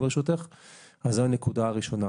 זו הנקודה הראשונה.